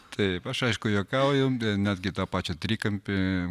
taip aš aišku juokauju netgi tą pačią trikampį